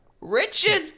Richard